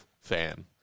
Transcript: fan